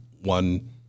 one